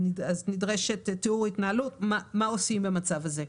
נדרש תיאור התנהלות, מה עושים במצב כזה.